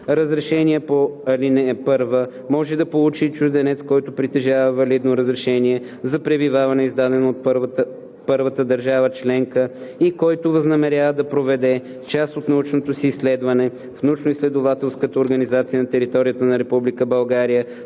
Разрешение по ал. 1 може да получи и чужденец, който притежава валидно разрешение за пребиваване, издадено от първата държава членка, и който възнамерява да проведе част от научното си изследване в научноизследователска организация на територията на